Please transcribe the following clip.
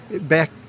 back